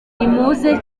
nimuze